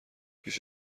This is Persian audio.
پیش